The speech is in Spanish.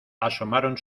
asomaron